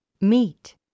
Meat